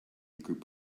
group